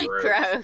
Gross